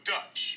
Dutch